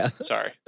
sorry